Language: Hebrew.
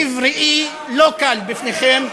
אני יודע שאני מציב ראי לא קל בפניכם,